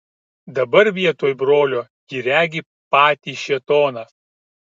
dabar vietoj brolio ji regi patį šėtoną